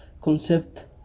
concept